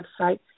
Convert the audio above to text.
website